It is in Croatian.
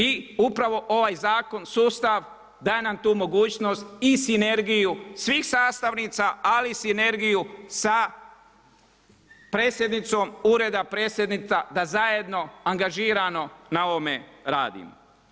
I upravo ovaj zakon, sustav, daje nam tu mogućnost i sinergiju svih sastavnica, ali i sinergiju sa Predsjednicom, Uredom predsjednica, da zajedno, angažirano na ovome radimo.